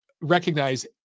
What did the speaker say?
recognize